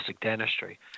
dentistry